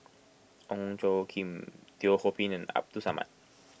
Ong Tjoe Kim Teo Ho Pin and Abdul Samad